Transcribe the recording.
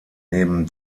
neben